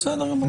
בסדר גמור.